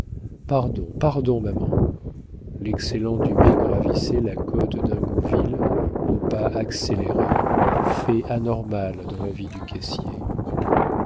pardon pardon maman l'excellent dumay gravissait la côte d'ingouville au pas accéléré fait anormal dans la vie du caissier